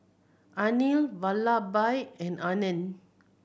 Anil Vallabhbhai and Anand